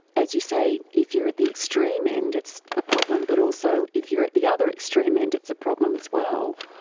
as you say, if you are at the extreme end it's a problem, but also if you are at the other extreme end it's a problem as well.